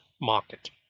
market